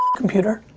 computer?